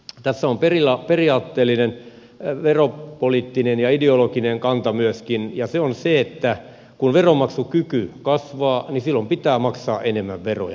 tässä on periaatteellinen veropoliittinen ja ideologinen kanta myöskin ja se on se että kun veronmaksukyky kasvaa niin silloin pitää maksaa enemmän veroja